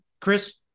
chris